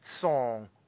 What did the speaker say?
song